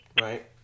Right